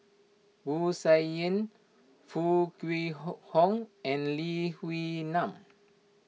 Wu Tsai Yen Foo Kwee Horng and Lee Wee Nam